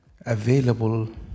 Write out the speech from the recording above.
available